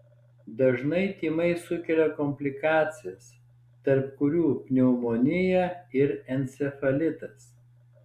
dažnai tymai sukelia komplikacijas tarp kurių pneumonija ir encefalitas